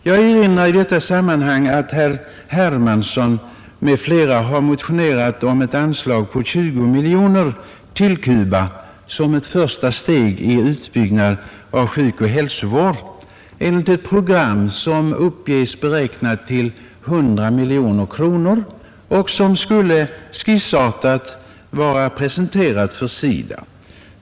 Jag vill i det sammanhanget erinra om att herr Hermansson i Stockholm m.fl. har motionerat om ett biståndsanslag till Cuba på 20 miljoner kronor som ett första steg i en utbyggnad av sjukoch hälsovård enligt ett program som uppges vara beräknat till 100 miljoner kronor och som skissartat skulle vara presenterat för SIDA.